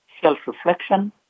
self-reflection